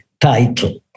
title